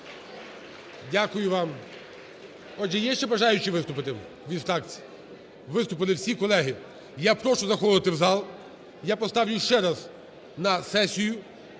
Дякую вам. Отже, є ще бажаючі виступити від фракцій? Виступили всі. Колеги, я прошу заходити в зал, я поставлю ще раз на сесію.